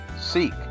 seek